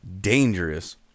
dangerous